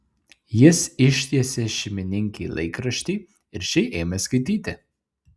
jis ištiesė šeimininkei laikraštį ir ši ėmė skaityti